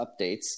updates